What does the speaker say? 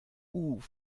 macht